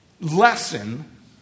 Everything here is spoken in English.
lesson